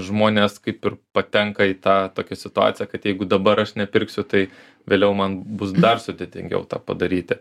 žmonės kaip ir patenka į tą tokią situaciją kad jeigu dabar aš nepirksiu tai vėliau man bus dar sudėtingiau tą padaryti